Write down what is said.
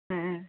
ᱦᱮᱸ